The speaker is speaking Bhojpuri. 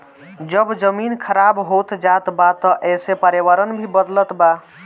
जब जमीन खराब होत जात बा त एसे पर्यावरण भी बदलत बा